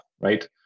right